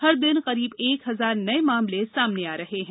हर दिन करीब एक हजार नये मामले सामने आ रहे हैं